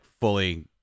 fully